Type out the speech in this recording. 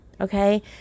Okay